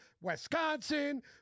Wisconsin